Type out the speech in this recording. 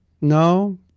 No